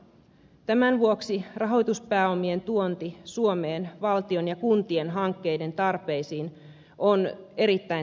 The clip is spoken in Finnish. tämän vuoksi rahoituspääomien tuonti suomeen valtion ja kuntien hankkeiden tarpeisiin on erittäin tärkeää